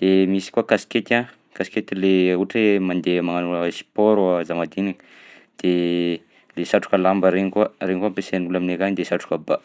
de misy koa kasikety a, kasikety le ohatra hoe mandeha mangnano sport zàmadinika, de de satroka lamba regny koa, regny koa ampiasain'olona aminay akagny de satroka ba.